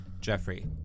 Jeffrey